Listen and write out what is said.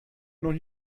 noch